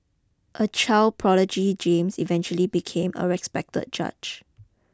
a child prodigy James eventually became a respected judge